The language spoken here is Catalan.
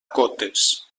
cotes